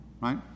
Right